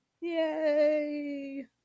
Yay